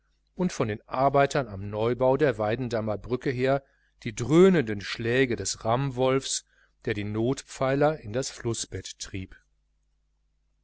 und von den arbeiten am neubau der weidendammer brücke her die dröhnenden schläge des rammwolfs der die notpfeiler in das flußbett trieb